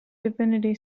divinity